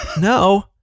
No